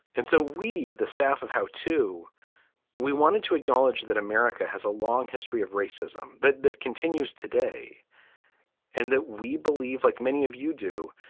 and so we, the staff of how to we wanted to acknowledge that america has a long history of racism that that continues today and that we believe, like many of you do,